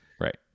right